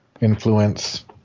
influence